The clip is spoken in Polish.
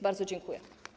Bardzo dziękuję.